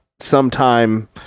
sometime